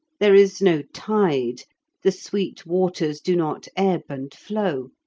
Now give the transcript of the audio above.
there is no tide the sweet waters do not ebb and flow